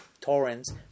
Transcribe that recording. torrents